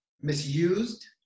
misused